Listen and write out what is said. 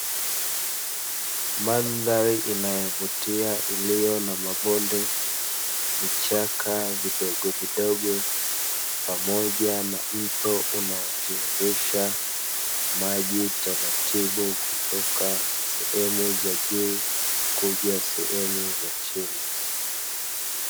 Mandhari inayovutia iliyo na mabonde, vichaka vidogovidogo pamoja na mto unaotiririsha maji taratibu kutoka sehemu za juu kuja sehemu za chini.